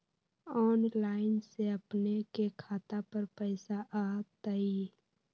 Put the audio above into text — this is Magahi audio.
ऑनलाइन से अपने के खाता पर पैसा आ तई?